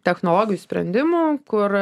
technologijų sprendimų kur